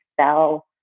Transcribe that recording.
sell